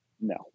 No